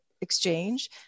exchange